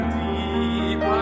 deep